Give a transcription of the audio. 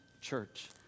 church